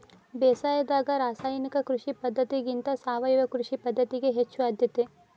ಬೇಸಾಯದಾಗ ರಾಸಾಯನಿಕ ಕೃಷಿ ಪದ್ಧತಿಗಿಂತ ಸಾವಯವ ಕೃಷಿ ಪದ್ಧತಿಗೆ ಹೆಚ್ಚು ಆದ್ಯತೆ